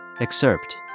Excerpt